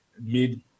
mid